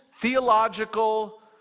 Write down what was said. theological